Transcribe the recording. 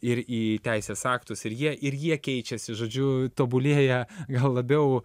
ir į teisės aktus ir jie ir jie keičiasi žodžiu tobulėja gal labiau